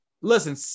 listen